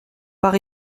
par